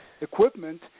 equipment